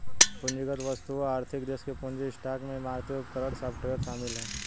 पूंजीगत वस्तुओं आर्थिक देश के पूंजी स्टॉक में इमारतें उपकरण सॉफ्टवेयर शामिल हैं